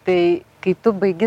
tai kai tu baigi